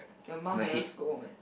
your mum never scold meh